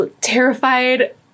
terrified